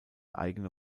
eigene